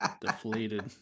deflated